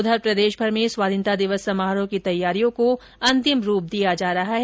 उधर प्रदेशभर में स्वाधीनता दिवस समारोह की तैयारियो को अंतिम रूप दिया जा रहा है